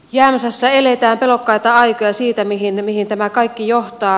jämsässä eletään pelokkaita aikoja siitä mihin tämä kaikki johtaa